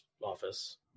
office